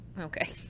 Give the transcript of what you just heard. Okay